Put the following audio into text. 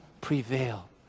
prevail